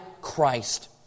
Christ